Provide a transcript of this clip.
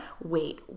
Wait